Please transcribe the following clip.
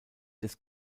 des